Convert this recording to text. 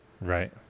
right